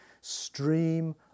stream